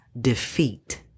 defeat